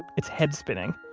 it's head-spinning.